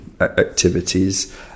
activities